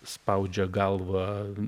spaudžia galvą